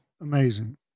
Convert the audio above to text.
amazing